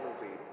movie